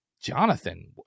Jonathan